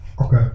Okay